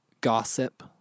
gossip